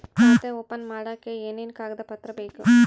ಖಾತೆ ಓಪನ್ ಮಾಡಕ್ಕೆ ಏನೇನು ಕಾಗದ ಪತ್ರ ಬೇಕು?